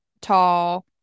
tall